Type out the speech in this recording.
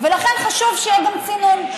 ולכן חשוב שיהיה גם צינון.